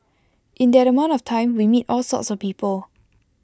in that amount of time we meet all sorts of people